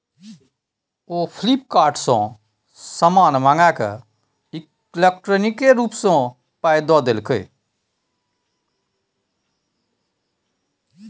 ओ Flipkart सँ समान मंगाकए इलेक्ट्रॉनिके रूप सँ पाय द देलकै